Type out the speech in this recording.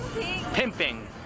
Pimping